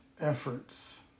efforts